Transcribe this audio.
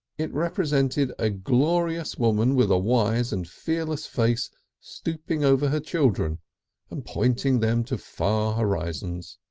it represented a glorious woman with a wise and fearless face stooping over her children and pointing them to far horizons.